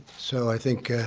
so, i think